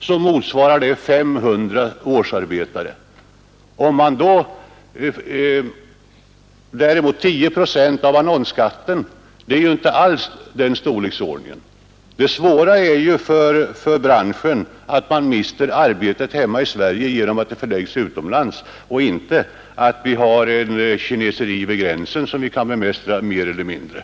Det motsvarar 500 årsarbetare. Däremot är 10 procent av annonsskatten inte alls av den storleksordningen. Det svåra för branschen är ju att man mister arbetet hemma i Sverige genom att det förläggs utomlands och inte att vi har ett kineseri vid gränsen, som vi mer eller mindre kan bemästra.